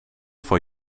voor